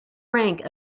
rank